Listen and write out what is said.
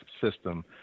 system